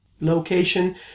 location